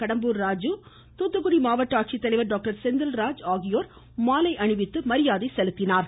கடம்பூர்ராஜு மாவட்ட ஆட்சித்தலைவர் டாக்டர் செந்தில்ராஜ் மாலை அணிவித்து மரியாதை செலுத்தினார்கள்